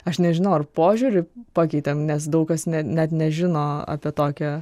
aš nežinau ar požiūrį pakeitėm nes daug kas ne net nežino apie tokią